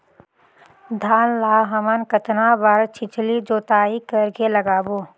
धान ला हमन कतना बार छिछली जोताई कर के लगाबो?